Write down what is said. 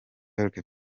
york